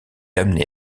amené